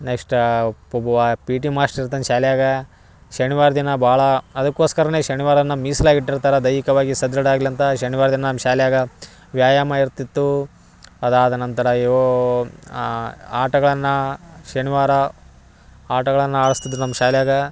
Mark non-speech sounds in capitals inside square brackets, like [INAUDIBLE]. next [UNINTELLIGIBLE] P T master ಇರ್ತಾನೆ ಶಾಲ್ಯಾಗ ಶನಿವಾರ ದಿನ ಭಾಳ ಅದಕ್ಕೋಸ್ಕರನೇ ಶನಿವಾರನ ಮೀಸಲಾಗಿ ಇಟ್ಟಿರ್ತಾರೆ ದೈಹಿಕವಾಗಿ ಸದೃಢ ಆಗ್ಲಂತ ಶನಿವಾರ ದಿನ ನಮ್ಮ ಶಾಲ್ಯಾಗ ವ್ಯಾಯಾಮ ಇರ್ತಿತ್ತು ಅದಾದ ನಂತರ ಇವು ಆಟಗಳನ್ನ ಶನಿವಾರ ಆಟಗಳನ್ನ ಆಡಸ್ತಿದ್ದರು ನಮ್ಮ ಶಾಲ್ಯಾಗ